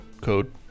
code